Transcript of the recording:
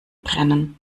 brennen